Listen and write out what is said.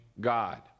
God